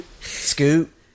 Scoot